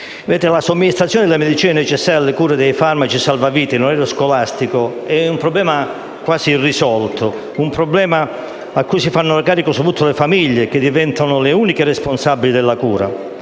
La somministrazione delle medicine necessarie alle cure e dei farmaci salvavita in orario scolastico è un problema quasi irrisolto, di cui si fanno carico soprattutto le famiglie, che diventano le uniche responsabili della cura.